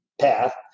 path